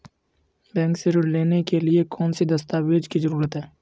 Bank से ऋण लेने के लिए कौन से दस्तावेज की जरूरत है?